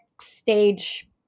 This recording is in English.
stage